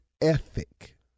ethic